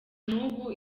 n’ubu